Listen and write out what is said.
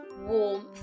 warmth